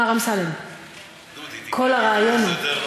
בבקשה.